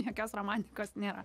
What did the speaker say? jokios romantikos nėra